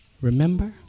remember